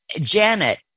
Janet